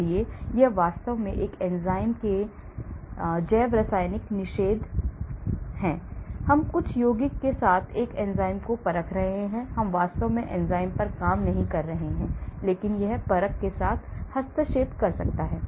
इसलिए यह वास्तव में एक एंजाइम के एंजाइम के जैव रासायनिक निषेध नहीं कर रहा है हम कुछ यौगिक के साथ एक एंजाइम परख कर रहे हैं यह वास्तव में एंजाइम पर काम नहीं कर रहा है लेकिन यह परख के साथ हस्तक्षेप कर सकता है